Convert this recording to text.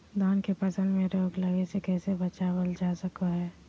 धान के फसल में रोग लगे से कैसे बचाबल जा सको हय?